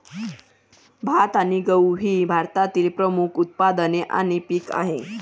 भात आणि गहू ही भारतातील प्रमुख उत्पादने आणि पिके आहेत